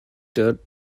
der